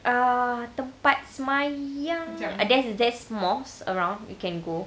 uh tempat sembahyang there's there's mosques around you can go